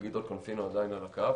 אם גדעון קונפינו עדיין על הקו,